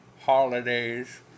holidays